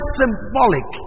symbolic